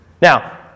Now